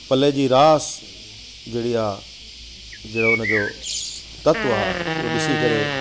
पल जी रास जहिड़ी आहे जहिड़ो उनजो तत्व आहे उहो ॾिसी करे